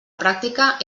pràctica